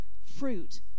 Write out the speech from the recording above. fruit